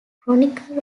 chronicle